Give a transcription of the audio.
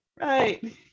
Right